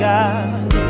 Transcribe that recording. God